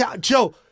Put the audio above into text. Joe